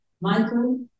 Michael